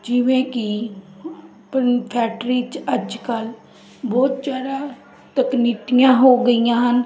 ਜਿਵੇਂ ਕਿ ਪੰ ਫੈਕਟਰੀ 'ਚ ਅੱਜ ਕੱਲ੍ਹ ਬਹੁਤ ਜ਼ਿਆਦਾ ਤਕਨੀਕੀਆਂ ਹੋ ਗਈਆਂ ਹਨ